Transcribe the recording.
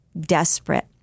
desperate